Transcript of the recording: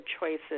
choices